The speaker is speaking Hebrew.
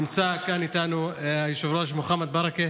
נמצא כאן איתנו היושב-ראש, מוחמד ברכה,